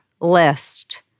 list